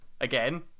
Again